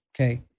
Okay